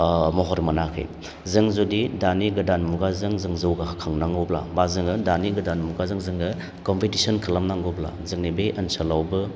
ओ महर मोनाखै जों जुदि दानि गोदान मुगाजों जों जौगाखांनांगौब्ला बा जोङो दानि गोदान मुगाजों जोङो कमपेटिसन खालाम नांगौब्ला जोंनि बे ओनसोलावबो